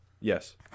Yes